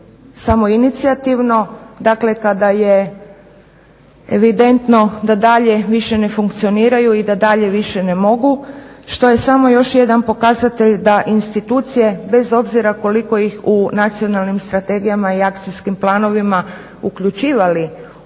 samoinicijativno, dakle kada je evidentno da dalje više ne funkcioniraju i da dalje više ne mogu, što je samo još jedan pokazatelj da institucije bez obzira koliko ih u nacionalnim strategijama i akcijskim planovima uključivali